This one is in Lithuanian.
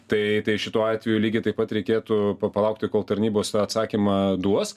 tai tai šituo atveju lygiai taip pat reikėtų pa palaukti kol tarnybos tą atsakymą duos